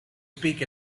speak